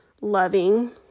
loving